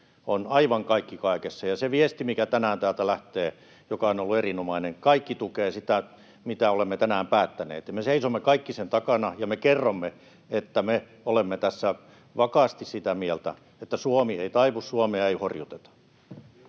on aivan kaikki kaikessa. Se viesti, mikä tänään täältä lähtee, on ollut erinomainen: Kaikki tukee sitä, mitä olemme tänään päättäneet. Me seisomme kaikki sen takana ja me kerromme, että me olemme tässä vakaasti sitä mieltä, että Suomi ei taivu, Suomea ei horjuteta.